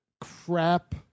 crap